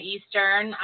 Eastern